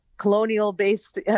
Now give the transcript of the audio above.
colonial-based